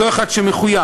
אותו אחד שמחויב,